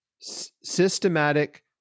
systematic